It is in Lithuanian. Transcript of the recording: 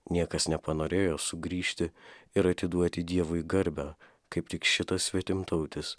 niekas nepanorėjo sugrįžti ir atiduoti dievui garbę kaip tik šitas svetimtautis